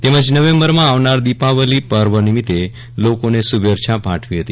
તેમજ નવેમ્બરમાં આવનાર દિપાવલી પર્વ નિમિત્તે લોકોને શુભેચ્છા પાઠવી હતી